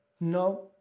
no